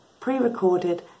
pre-recorded